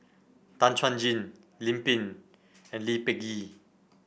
Tan Chuan Jin Lim Pin and Lee Peh Gee